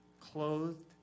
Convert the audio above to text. clothed